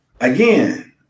again